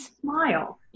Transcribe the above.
smile